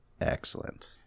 Excellent